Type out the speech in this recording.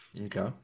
Okay